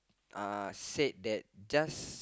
uh say that just